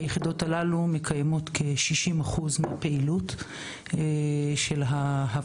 היחידות הלו מקיימות כ-60% מפעילות ההפריות.